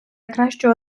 кращого